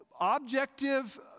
objective